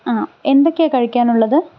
എന്തൊക്കെയാ കഴിക്കാനുള്ളത്